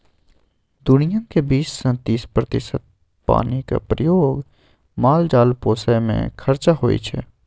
दुनियाँक बीस सँ तीस प्रतिशत पानिक प्रयोग माल जाल पोसय मे खरचा होइ छै